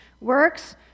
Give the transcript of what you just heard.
Works